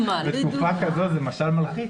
בתקופה כזו זה משל מלחיץ.